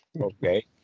Okay